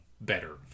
better